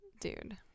dude